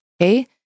Okay